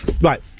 right